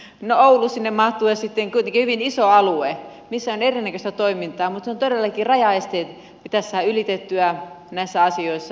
no oulu sinne mahtuu ja se on kuitenkin hyvin iso alue missä on erinäköistä toimintaa mutta todellakin rajaesteet pitäisi saada ylitettyä näissä asioissa